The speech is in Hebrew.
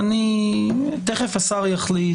תכף השר יחליט.